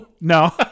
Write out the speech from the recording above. No